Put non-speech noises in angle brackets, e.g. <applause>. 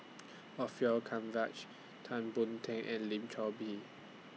Orfeur <unintelligible> Tan Boon Teik and Lim Chor Pee